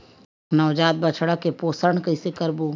नवजात बछड़ा के पोषण कइसे करबो?